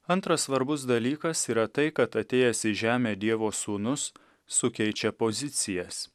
antras svarbus dalykas yra tai kad atėjęs į žemę dievo sūnus sukeičia pozicijas